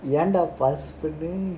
you end up fast